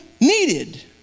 needed